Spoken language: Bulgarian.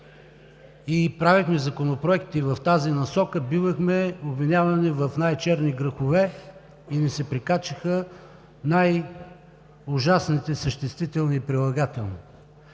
правихме законопроекти в тази насока, бивахме обвинявани в най-черни грехове и ни се прикачваха най-ужасните съществителни и прилагателни.